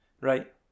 Right